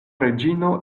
reĝino